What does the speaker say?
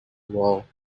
wall